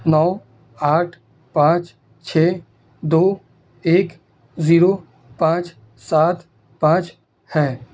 نو آٹھ پانچ چھ دو ایک زیرو پانچ سات پانچ ہے